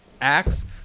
acts